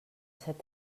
set